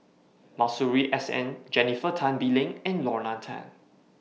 Masuri S N Jennifer Tan Bee Leng and Lorna Tan